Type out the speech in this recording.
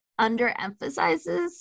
underemphasizes